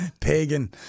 Pagan